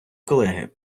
колеги